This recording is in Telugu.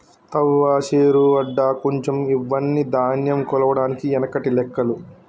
తవ్వ, శేరు, అడ్డ, కుంచం ఇవ్వని ధాన్యం కొలవడానికి ఎనకటి లెక్కలు